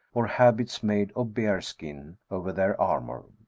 or habits made of bear-skin over their armour.